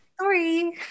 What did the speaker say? Sorry